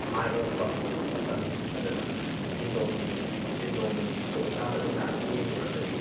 ꯃꯥꯏ ꯑꯣꯟꯕ ꯃꯇꯝꯅꯤ ꯑꯗꯨꯅ ꯁꯦꯟꯗꯣꯡꯒꯤ ꯁꯦꯟꯗꯣꯡꯒꯤ ꯈꯨꯗꯣꯡꯆꯥꯗꯕ ꯃꯌꯥꯝꯁꯦ ꯌꯦꯡꯂꯨꯔꯒꯗꯤ